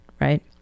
right